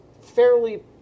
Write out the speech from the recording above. fairly